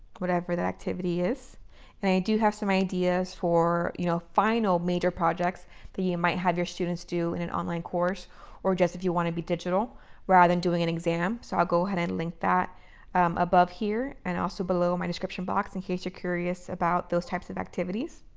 whatever that activity is. and i do have some ideas for you know final major projects that you might have your students do in an online course or just if you want to be digital rather than doing an exam. so i'll go ahead and link that above here and also below my description box in case you're curious about those types of activities.